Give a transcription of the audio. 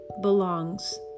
belongs